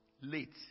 late